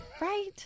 right